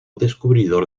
descubridor